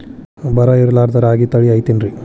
ಬರ ಇರಲಾರದ್ ರಾಗಿ ತಳಿ ಐತೇನ್ರಿ?